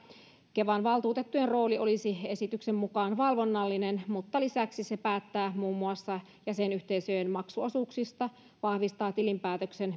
kevan valtuutettujen rooli olisi esityksen mukaan valvonnallinen mutta lisäksi se päättää muun muassa jäsenyhteisöjen maksuosuuksista vahvistaa tilinpäätöksen